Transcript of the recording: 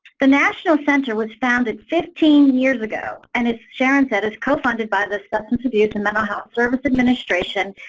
the national center was founded fifteen years ago, and as sharon said, is co-funded by the substance abuse and mental health service administration,